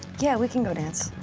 yeah, we can go dance.